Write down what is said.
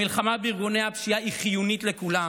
המלחמה בארגוני הפשיעה היא חיונית לכולם.